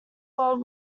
world